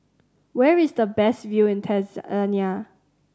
where is the best view in Tanzania